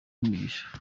imigisha